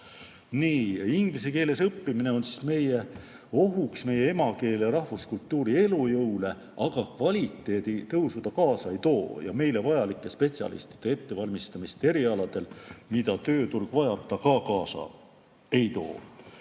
Inglise keeles õppimine on ohuks meie emakeele ja rahvuskultuuri elujõule, aga kvaliteedi tõusu see kaasa ei too ja meile vajalike spetsialistide ettevalmistamist erialadel, mida tööturg vajab, ka kaasa ei too.